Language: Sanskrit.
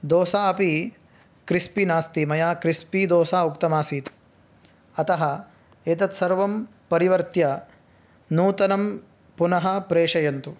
दोसा अपि क्रिस्पि नास्ति मया क्रिस्पि दोसा उक्तमासीत् अतः एतत्सर्वं परिवर्त्य नूतनं पुनः प्रेषयन्तु